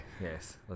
yes